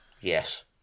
Yes